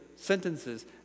sentences